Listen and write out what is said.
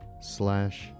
slash